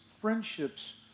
friendships